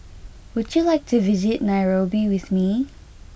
would you like to visit Nairobi with me